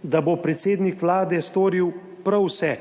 da bo predsednik vlade storil prav vse,